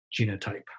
genotype